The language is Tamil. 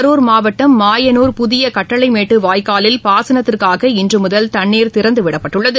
கரூர் மாவட்டம் மாயனூர் புதிய கட்டளைமேட்டு வாய்க்காலில் பாசனத்திற்காக இன்று முதல் தண்ணீர் திறந்து விடப்பட்டுள்ளது